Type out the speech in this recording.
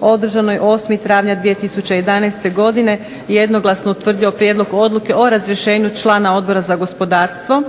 održanoj 8. travnja 2011. godine jednoglasno je utvrdio prijedlog odluke o razrješenju člana Odbora za gospodarstvo.